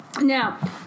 now